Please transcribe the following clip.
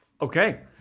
Okay